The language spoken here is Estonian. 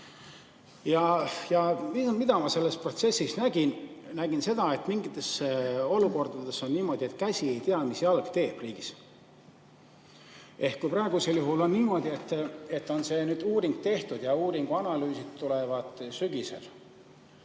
mida ma selles protsessis nägin? Nägin seda, et mingites olukordades on riigis niimoodi, et käsi ei tea, mis jalg teeb. Ehk kui praegusel juhul on niimoodi, et see uuring on tehtud ja uuringu analüüsid tulevad sügisel,